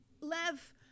Lev